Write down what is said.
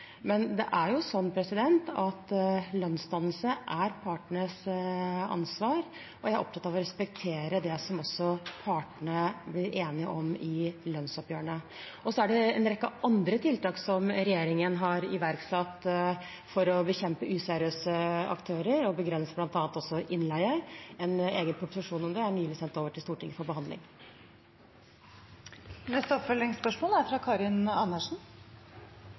Men lønnsdannelse er partenes ansvar, og jeg er opptatt av å respektere det som partene blir enige om i lønnsoppgjørene. Regjeringen har iverksatt en rekke andre tiltak for å bekjempe useriøse aktører og begrense bl.a. innleie. En egen proposisjon om det er nylig sendt over til Stortinget for behandling. Karin Andersen – til oppfølgingsspørsmål.